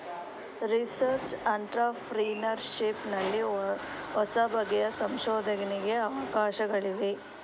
research entrepreneurship ನಲ್ಲಿ ಹೊಸಬಗೆಯ ಸಂಶೋಧನೆಗೆ ಅವಕಾಶಗಳಿವೆ